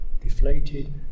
deflated